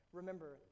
remember